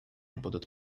будут